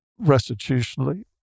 restitutionally